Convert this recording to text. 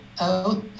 out